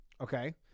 Okay